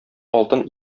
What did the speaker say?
алтын